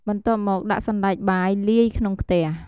បន្ទាប់មកដាក់សណ្ដែកបាយលាយក្នុងខ្ទះ។